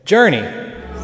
Journey